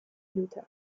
luther